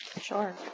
Sure